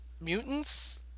mutants